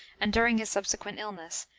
and during his subsequent illness,